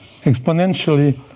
exponentially